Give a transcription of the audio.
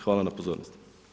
Hvala na pozornosti.